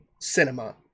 cinema